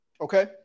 Okay